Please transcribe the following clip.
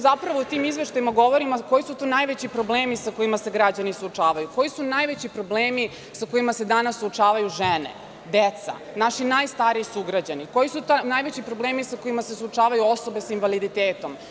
Zapravo u tim izveštajima govorimo koji su tu najveći problemi sa kojima se građani suočavaju, koji su najveći problemi sa kojima se danas suočavaju žene, deca, naši najstariji sugraćani, koji su najveći problemi sa kojima se suočavaju osobe sa invaliditetom.